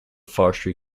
forestry